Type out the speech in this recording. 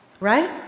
Right